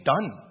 done